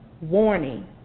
warning